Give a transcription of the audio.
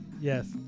Yes